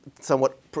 somewhat